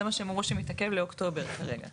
זה מה שהם אמרו שזה מתעכב לאוקטובר כרגע,